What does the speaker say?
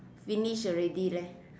finish already leh